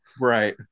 Right